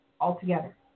altogether